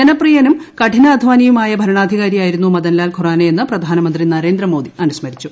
ജനപ്രീയനും കഠിനാദ്ധാനിയുമായ ഭരണ്ടാധികാരി ആയിരുന്നു മദൻലാൽ ഖുറാനയെന്ന് പ്രധാന്യമിന്ത് നരേന്ദ്രമോദി അനുസ്മരിച്ചു